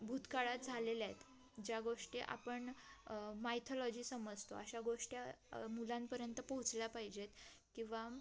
भूतकाळात झालेल्या आहेत ज्या गोष्टी आपण मायथलॉजी समजतो अशा गोष्टी मुलांपर्यंत पोहोचल्या पाहिजेत किंवा